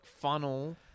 funnel